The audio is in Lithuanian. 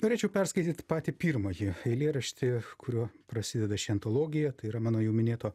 norėčiau perskaityt patį pirmąjį eilėraštį kuriuo prasideda ši antologija tai yra mano jau minėto